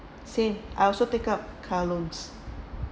same I also take up car loans